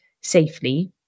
Safely